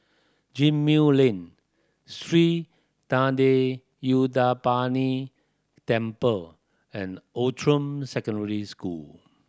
Gemmill Lane Sri Thendayuthapani Temple and Outram Secondary School